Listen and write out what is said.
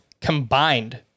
combined